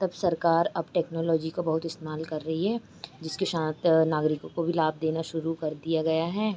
तब सरकार अब टेक्नोलॉजी का बहुत इस्तेमाल कर रही है जिसके साथ नागरिकों को भी लाभ देना शुरू कर दिया गया है